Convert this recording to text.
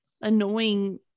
annoying